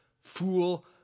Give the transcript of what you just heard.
Fool